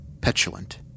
petulant